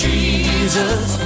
Jesus